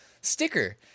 sticker